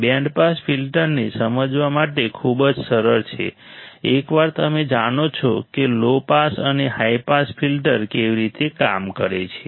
band pass ફિલ્ટરને સમજવા માટે ખૂબ જ સરળ છે એકવાર તમે જાણો છો કે લો પાસ અને હાઇ પાસ ફિલ્ટર કેવી રીતે કામ કરે છે